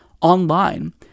online